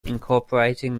incorporating